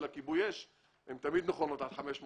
כיבוי האש זה תמיכה נכונה באירוע של 500 איש,